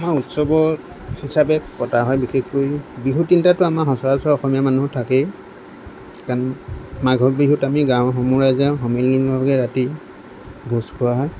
আমাৰ উৎসৱ হিচাপে পতা হয় বিশেষকৈ বিহু তিনিটাতো আমাৰ অসমীয়া মানুহৰ সচৰাচৰ থাকেই কাৰণ মাঘৰ বিহুত আমি গাঁৱৰ সমূহ ৰাইজে সমিলমিলভাৱে ৰাতি ভোজ খোৱা হয়